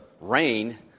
rain